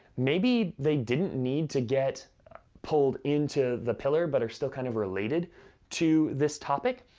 maybe they didn't need to get pulled into the pillar, but are still kind of related to this topic,